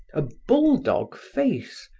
a bulldog face,